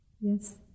Yes